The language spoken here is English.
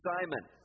Simon